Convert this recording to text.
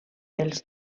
els